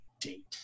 date